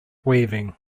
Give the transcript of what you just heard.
waving